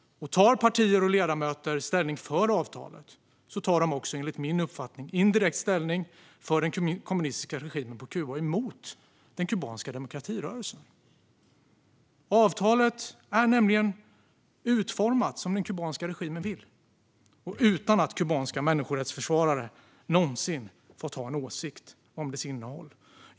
Tar partier och ledamöter ställning för avtalet tar de också enligt min uppfattning indirekt ställning för den kommunistiska regimen på Kuba och emot den kubanska demokratirörelsen. Avtalet är nämligen utformat som den kubanska regimen vill, utan att kubanska människorättsförsvarare någonsin fått ha en åsikt om dess innehåll.